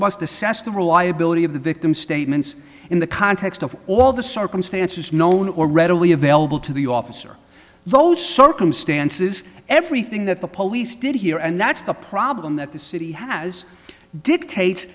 must assess the reliability of the victim statements in the context of all the circumstances known or readily available to the officer those circumstances everything that the police did here and that's the problem that the city has dictate